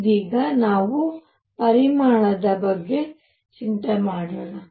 ಇದೀಗ ನಾವು ಪರಿಮಾಣದ ಬಗ್ಗೆ ಚಿಂತೆ ಮಾಡೋಣ